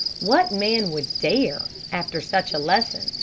what man would dare, after such a lesson,